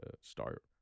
start